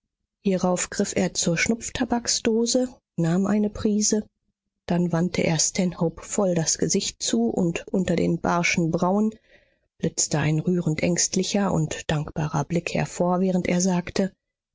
hierauf griff er zur schnupftabaksdose nahm eine prise dann wandte er stanhope voll das gesicht zu und unter den barschen brauen blitzte ein rührend ängstlicher und dankbarer blick hervor während er sagte